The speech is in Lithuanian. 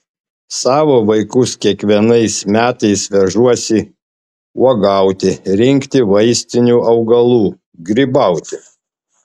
savo vaikus kiekvienais metais vežuosi uogauti rinkti vaistinių augalų grybauti